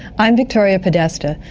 i'm victoria podesta,